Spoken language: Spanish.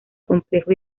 complejo